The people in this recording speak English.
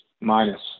minus